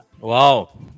Wow